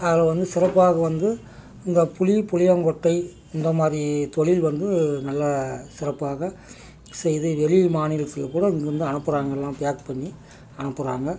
அதில் வந்து சிறப்பாக வந்து இந்த புளி புளியங்கொட்டை இந்த மாதிரி தொழில் வந்து நல்லா சிறப்பாக செய்து வெளி மாநிலத்தில்கூட இங்கிருந்து அனுப்புகிறாங்க எல்லாம் பேக் பண்ணி அனுப்புகிறாங்க